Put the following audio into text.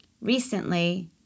Recently